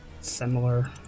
similar